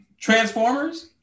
Transformers